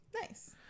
Nice